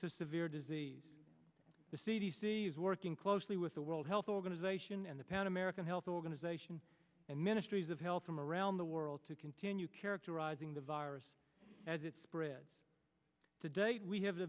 disease the c d c is working closely with the world health organization and the pan american health organization and ministries of health from around the world to continue characterizing the virus as it spreads today we have